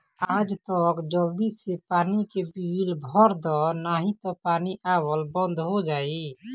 आज तअ जल्दी से पानी के बिल भर दअ नाही तअ पानी आवल बंद हो जाई